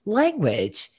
language